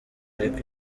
ariko